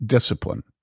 Discipline